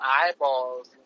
eyeballs